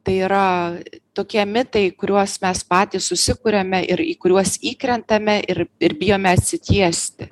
tai yra tokie mitai kuriuos mes patys susikuriame ir į kuriuos įkrentame ir ir bijome atsitiesti